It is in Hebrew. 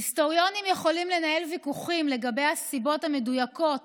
היסטוריונים יכולים לנהל ויכוחים לגבי הסיבות המדויקות